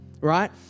right